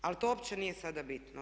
Ali to uopće nije sada bitno.